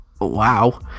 Wow